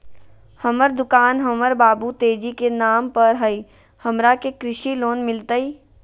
हमर दुकान हमर बाबु तेजी के नाम पर हई, हमरा के कृषि लोन मिलतई?